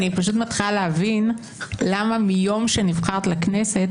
אני פשוט מתחילה להבין למה מיום שנבחרת לכנסת